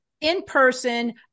in-person